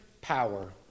power